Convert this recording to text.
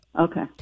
Okay